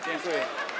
Dziękuję.